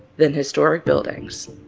than historic buildings,